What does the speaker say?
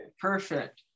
perfect